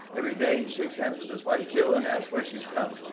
every day, he shakes hands with his wife, jill, and asks where she's from.